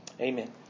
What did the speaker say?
Amen